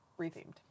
rethemed